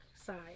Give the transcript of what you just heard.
side